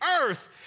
earth